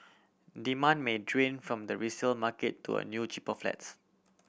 demand may drain from the resale market to a new cheaper flats